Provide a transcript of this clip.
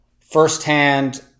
firsthand